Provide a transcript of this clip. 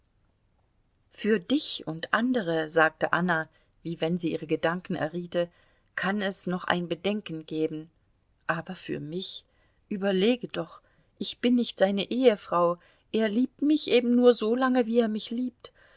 für dich und andere sagte anna wie wenn sie ihre gedanken erriete kann es noch ein bedenken geben aber für mich überlege doch ich bin nicht seine ehefrau er liebt mich eben nur so lange wie er mich liebt